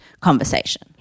conversation